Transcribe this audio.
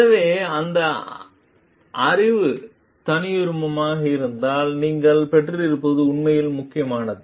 எனவே அந்த அறிவு தனியுரிமமாக இருந்தால் நீங்கள் பெற்றிருப்பது உண்மையில் முக்கியமானது